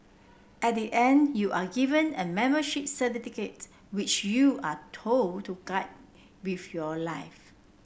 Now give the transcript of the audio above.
at the end you are given a membership certificate which you are told to guard with your life